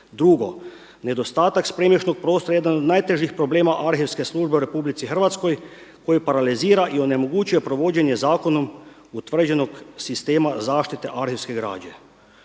Drugo, nedostatak spremnišnog prostora je jedan od natježih problema arhivske službe u RH koji paralizira i onemoguće provođenje zakonom utvrđenog sistema zaštite arhivske građe.